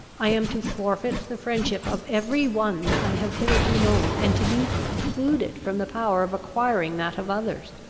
i am to forfeit the friendship of every one i have hitherto known, and to be precluded from the power of acquiring that of others.